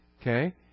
Okay